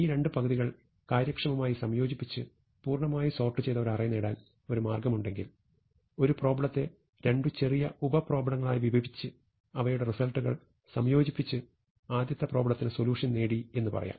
ഈ രണ്ട് പകുതികൾ കാര്യക്ഷമമായി സംയോജിപ്പിച്ച് പൂർണ്ണമായി സോർട് ചെയ്ത ഒരു അറേ നേടാൻ ഒരു മാർഗം ഉണ്ടെങ്കിൽ ഒരു പ്രോബ്ലെത്തെ രണ്ട് ചെറിയ ഉപപ്രോബ്ലെങ്ങളായി വിഭജിച്ച് അവയുടെ റിസൾട്ടുകൾ സംയോജിപ്പിച്ച് ആദ്യത്തെ പ്രോബ്ലെത്തിനു സൊലൂഷൻ നേടി എന്നു പറയാം